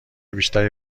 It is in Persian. بیشتری